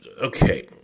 Okay